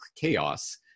chaos